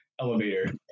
elevator